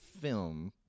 film